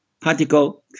particle